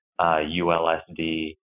ULSD